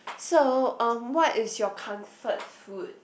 so um what is your comfort food